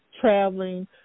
traveling